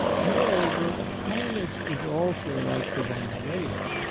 moreover, kindness is also like divine grace,